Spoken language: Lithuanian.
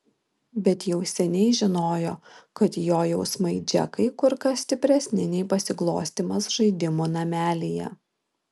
bet jau seniai žinojo kad jo jausmai džekai kur kas stipresni nei pasiglostymas žaidimų namelyje